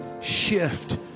Shift